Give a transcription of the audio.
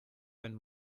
wenn